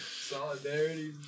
Solidarity